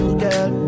girl